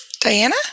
Diana